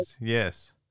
yes